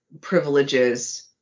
privileges